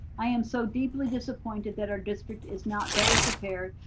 i am so deeply disappointed that our district is not better prepared.